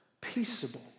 peaceable